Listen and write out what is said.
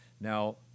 Now